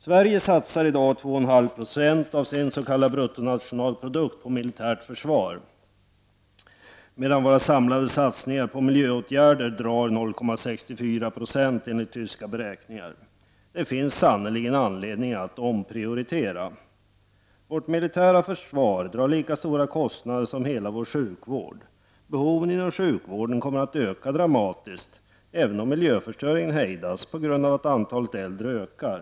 Sverige satsar i dag 2,5 % av den s.k. bruttonationalprodukten på militärt försvar, medan våra samlade satsningar på miljöåtgärder ligger på 0,64 % enligt tyska beräkningar. Det finns sannerligen anledning att omprioritera. Vårt militära försvar drar lika stora kostnader som hela vår sjukvård. Behoven inom sjukvården kommer att öka dramatiskt, även om miljöförstöringen hejdas, på grund av att antalet äldre ökar.